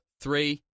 three